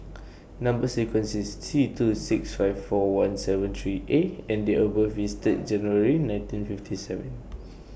Number sequence IS T two six five four one seven three A and Date of birth IS Third January nineteen fifty seven